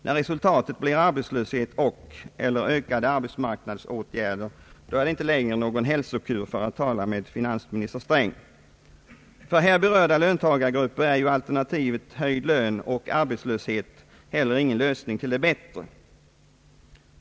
När resultatet blir arbetslöshet och/eller ökade arbetsmarknadsåtgärder, är det inte längre fråga om någon hälsokur — för att tala med finansminister Sträng. För här berörda löntagargrupper är ju alternativet höjd lön och arbetslöshet inte heller någon lösning till det bättre.